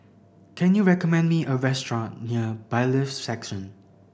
can you recommend me a restaurant near Bailiffs Section